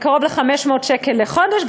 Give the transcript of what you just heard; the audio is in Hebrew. קרוב ל-500 שקל לחודש,